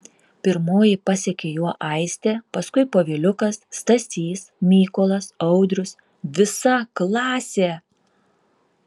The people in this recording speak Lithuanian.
pirmoji pasekė juo aistė paskui poviliukas stasys mykolas audrius visa klasė